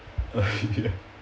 ya